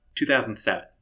2007